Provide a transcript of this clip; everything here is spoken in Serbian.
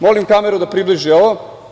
Molim kameru da približi ovo.